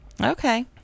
Okay